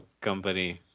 company